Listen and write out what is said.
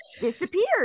disappeared